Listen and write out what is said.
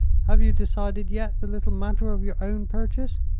have you decided yet the little matter of your own purchase?